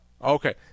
okay